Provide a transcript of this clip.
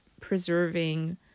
preserving